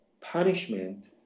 punishment